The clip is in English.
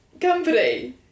company